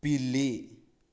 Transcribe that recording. పిల్లి